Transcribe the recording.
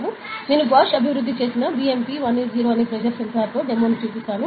నేను బాష్ అభివృద్ధి చేసిన BMP 180 అనే ప్రెజర్ సెన్సార్తో డెమోని చూపిస్తాను